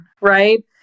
right